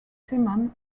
simon